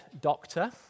Doctor